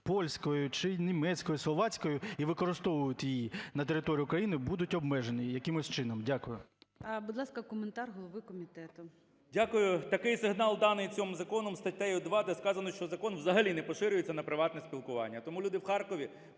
польською чи німецькою, словацькою і використовують її на території України, будуть обмежені якимось чином. Дякую. ГОЛОВУЮЧИЙ. Будь ласка, коментар голови комітету. 12:50:41 КНЯЖИЦЬКИЙ М.Л. Дякую. Такий сигнал даний в цьому законі статтею 2, де сказано, що закон взагалі не поширюється на приватне спілкування, тому люди в Харкові